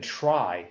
try